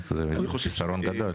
זה חיסרון גדול.